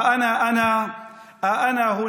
(אומר דברים בשפה הערבית, להלן תרגומם: האם אני זה